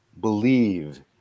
believe